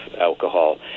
alcohol